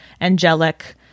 angelic